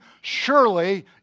surely